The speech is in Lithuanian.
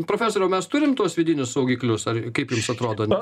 profesoriau mes turim tuos vidinius saugiklius ar kaip jums atrodo